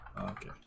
Okay